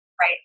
Right